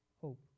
hope